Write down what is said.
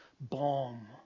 balm